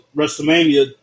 Wrestlemania